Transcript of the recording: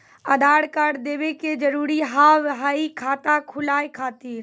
आधार कार्ड देवे के जरूरी हाव हई खाता खुलाए खातिर?